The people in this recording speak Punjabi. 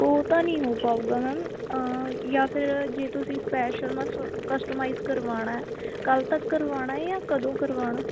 ਉਹ ਤਾਂ ਨਹੀਂ ਹੋ ਪਾਊਗਾ ਮੈਮ ਜਾਂ ਫਿਰ ਜੇ ਤੁਸੀਂ ਸਪੈਸ਼ਲ ਕਸਟਮਾਈਜ ਕਰਵਾਉਣਾ ਕੱਲ੍ਹ ਤੱਕ ਕਰਵਾਉਣਾ ਜਾਂ ਕਦੋਂ ਕਰਵਾਉਣਾ